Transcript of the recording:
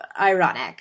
ironic